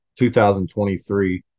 2023